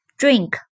drink